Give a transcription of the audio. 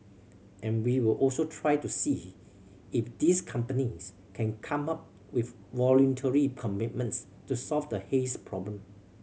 and we'll also try to see if these companies can come up with voluntary commitments to solve the haze problem